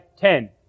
ten